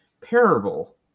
parable